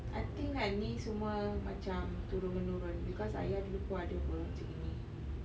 I think aini macam semua turun-menurun because ayah dulu pun ada pe macam gini